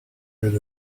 rid